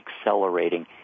accelerating